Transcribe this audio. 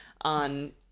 on